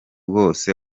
bwose